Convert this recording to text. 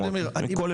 מכל המקומות.